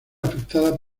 afectada